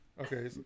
Okay